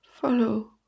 follow